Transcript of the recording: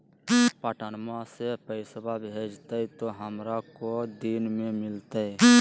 पटनमा से पैसबा भेजते तो हमारा को दिन मे मिलते?